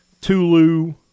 Tulu